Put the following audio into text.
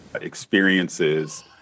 experiences